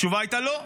התשובה הייתה, לא.